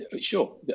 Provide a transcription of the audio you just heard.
sure